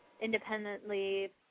independently